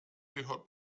gehört